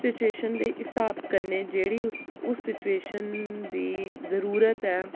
situation दे हिसाब कन्नै जेह्डी उस बेल्लै न कन्नै जेह्ड़ी उस सिचुएशन दी जरूरत ऐ